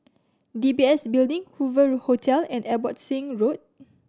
D B S Building Hoover Hotel and Abbotsingh Road